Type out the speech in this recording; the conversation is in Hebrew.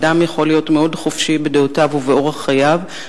אדם יכול להיות מאוד חופשי בדעותיו ובאורח חייו,